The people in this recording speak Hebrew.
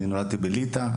אני נולדתי בליטא,